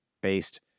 based